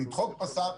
לדחוק בשר,